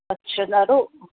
अछा ॾाढो